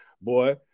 boy